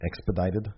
Expedited